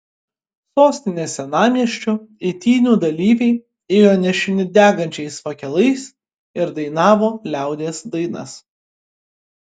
sostinės senamiesčiu eitynių dalyviai ėjo nešini degančiais fakelais ir dainavo liaudies dainas